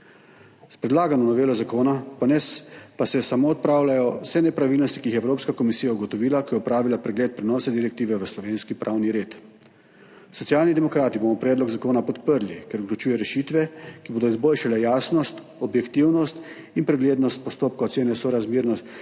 S predlagano novelo zakona pa se samo odpravljajo vse nepravilnosti, ki jih je Evropska komisija ugotovila, ko je opravila pregled prenosa direktive v slovenski pravni red. Socialni demokrati bomo predlog zakona podprli, ker vključuje rešitve, ki bodo izboljšale jasnost, objektivnost in preglednost postopka ocene sorazmernosti